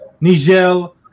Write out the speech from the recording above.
Nigel